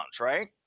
right